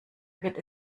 wird